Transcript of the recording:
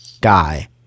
guy